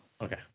Okay